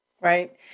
Right